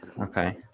Okay